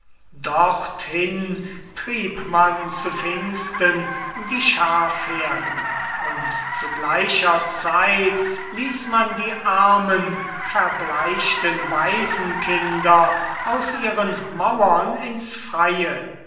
dorthin trieb man zu pfingsten die schafherden und zu gleicher zeit ließ man die armen verbleichten waisenkinder aus ihren mauern ins freie